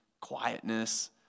quietness